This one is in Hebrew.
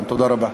תודה רבה.